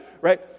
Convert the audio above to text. right